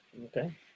Okay